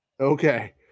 Okay